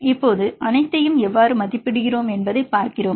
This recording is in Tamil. இப்போது அனைத்தையும் எவ்வாறு மதிப்பிடுகிறோம் என்பதைப் பார்க்கிறோம்